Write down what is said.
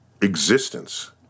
existence